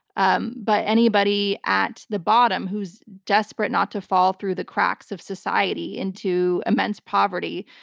um but anybody at the bottom who's desperate not to fall through the cracks of society into immense poverty,